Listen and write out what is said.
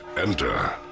enter